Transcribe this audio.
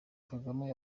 kagame